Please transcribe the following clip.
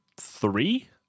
three